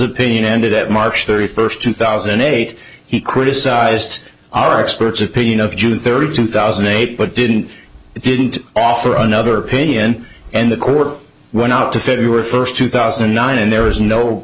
opinion ended at march thirty first two thousand and eight he criticized our expert's opinion of june third two thousand and eight but didn't it didn't offer another opinion and the court went up to february first two thousand and nine and there was no